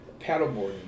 paddleboarding